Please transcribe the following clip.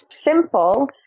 simple